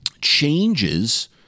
changes